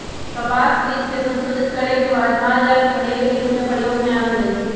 कपास बीज के संशोधित करे के बाद मालजाल के हरियरी के रूप में प्रयोग में आनल जाइ छइ